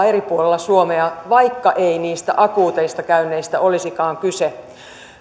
eri puolilla suomea vaikka ei niistä akuuteista käynneistä olisikaan kyse